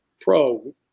Pro